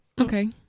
Okay